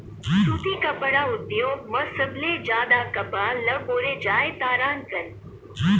सुती कपड़ा उद्योग म सबले जादा कपसा ल बउरे जाथे